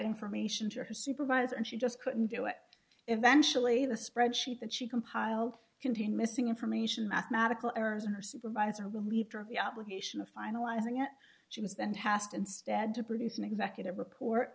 information to her supervisor and she just couldn't do it eventually the spreadsheet that she compiled contain missing information mathematical errors her supervisor relieved her of the obligation of finalizing it she was then hast instead to produce an executive report